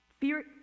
fear